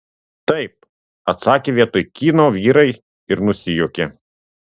taip atsakė vietoj kyno vyrai ir nusijuokė